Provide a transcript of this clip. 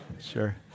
sure